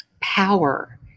power